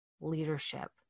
leadership